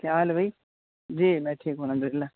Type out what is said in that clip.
کیا حال ہے بھائی جی میں ٹھیک ہوں الحمدللہ